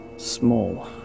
Small